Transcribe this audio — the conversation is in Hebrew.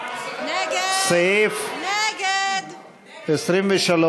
סעיף תקציבי 23,